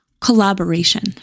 collaboration